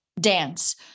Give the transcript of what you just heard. dance